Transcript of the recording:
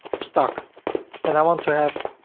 stock and i want to have.